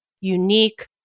unique